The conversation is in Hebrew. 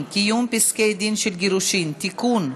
(קיום פסקי-דין של גירושין) (תיקון,